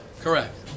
Correct